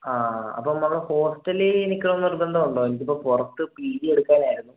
ആ അപ്പം നമ്മൾ ഹോസ്റ്റലിൽ നിൽക്കണമെന്ന് നിർബന്ധം ഉണ്ടോ എനിക്കിപ്പം പുറത്ത് പി ജി എടുക്കാനായിരുന്നു